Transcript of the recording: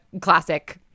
classic